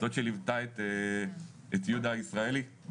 זאת שליוותה את יהודה ישראלי,